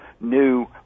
new